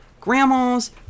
grandmas